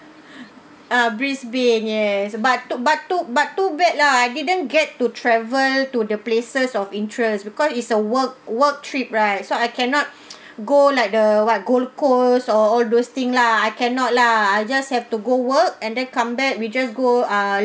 uh brisbane yes but too but too but too bad lah I didn't get to travel to the places of interest because is a work work trip right so I cannot go like the what gold coast or all those thing lah I cannot lah I just have to go work and then come back we just go ah